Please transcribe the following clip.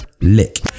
lick